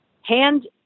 hand